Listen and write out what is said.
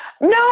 No